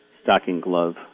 stocking-glove